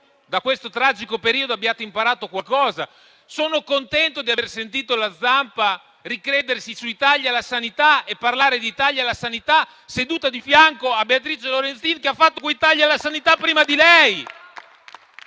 da questo tragico periodo abbiate imparato qualcosa. Sono contento di aver sentito la senatrice Zampa ricredersi sui tagli alla sanità e parlare di tagli alla sanità, seduta a fianco di Beatrice Lorenzin, che ha fatto quei tagli alla sanità prima di lei.